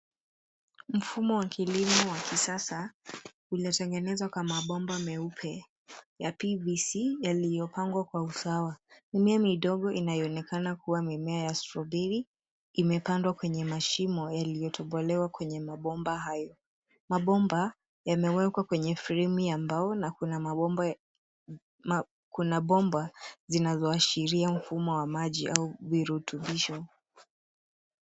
Mfumo wa kilimo wa kisasa umetengenezwa kwa mabomba meupe ya PVC yaliyopangwa kwa usawa. Mimea midogo inayoonekana kuwa mimea ya stroberi imepandwa kwenye mashimo yaliyotobolewa kwenye mashimo hayo. Mabomba yamewekwa kwenye fremu ya mbao na kuna bomba zinazoashiria mfumo wa maji au virutubisho.